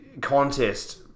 Contest